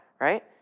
right